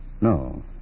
No